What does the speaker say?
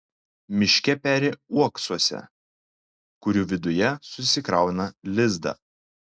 miške peri uoksuose kurių viduje susikrauna lizdą